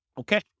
Okay